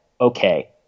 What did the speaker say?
okay